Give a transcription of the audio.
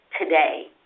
today